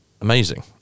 amazing